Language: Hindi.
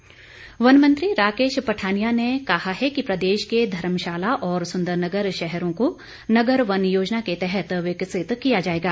पठानिया वन मंत्री राकेश पठानिया ने कहा है कि प्रदेश के धर्मशाला और सुंदरनगर शहरों को नगर वन योजना के तहत विकसित किया जाएगा